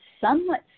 somewhat